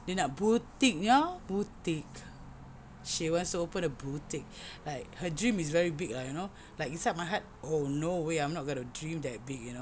dia nak boutique you know boutique she wants to open a boutique like her dream is very big ah you know like inside my heart oh no way I'm not gonna dream that big you know